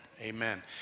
Amen